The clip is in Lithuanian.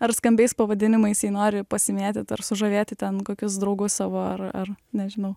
ar skambiais pavadinimais jei nori pasimėtyt ar sužavėti ten kokius draugus savo ar ar nežinau